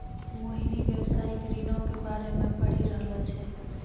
मोहिनी व्यवसायिक ऋणो के बारे मे पढ़ि रहलो छै